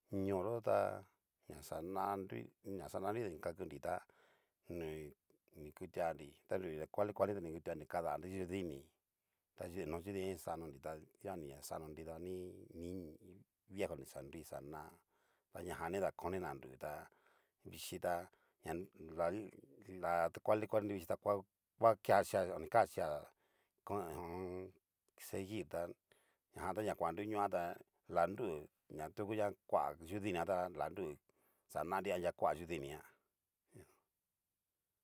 Ñoo yo tá ñaxanri, ñaxa nruidri ni kakunri tá, ni nikutuanri ta lulu ta kuali kualinri ta ni kutuanri kadanri yudini ta no yudinijan ni a xanonri ta dijan ni xa xano nrida ni viejo ni xa nru xana, tañajan ni dakonina nru ta vichita ña lali la ta kuali kuali nrui vichi ngua keachia o ni kaxia ho o on. seguir ta, ña jan ta na kuan nruñoa tá lia nru na tuku na kua yudini ta lia nru xananri anria kua yudinijan.